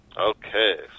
Okay